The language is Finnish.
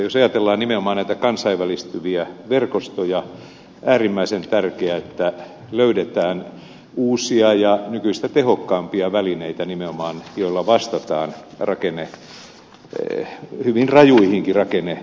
jos ajatellaan nimenomaan näitä kansainvälistyviä verkostoja on äärimmäisen tärkeää että löydetään nimenomaan uusia ja nykyistä tehokkaampia välineitä joilla vastataan hyvin rajuihinkin rakennemuutoksiin